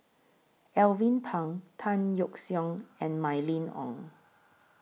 Alvin Pang Tan Yeok Seong and Mylene Ong